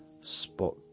Spot